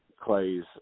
Clay's